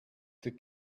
the